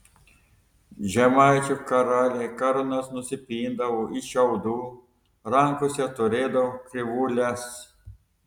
žemaičių karaliai karūnas nusipindavo iš šiaudų rankose turėdavo krivūles